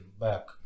back